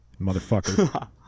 Motherfucker